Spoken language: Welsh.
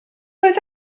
oedd